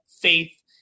faith